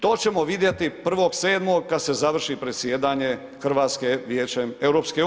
To ćemo vidjeti 1.7. kad se završi predsjedanje Hrvatske Vijećem EU.